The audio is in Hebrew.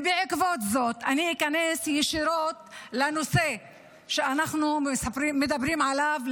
בעקבות זאת אני איכנס ישירות לנושא שאנחנו מדברים עליו,